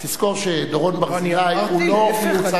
תזכור שדורון ברזילי אמרתי לפני כן,